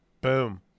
Boom